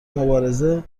مبارزه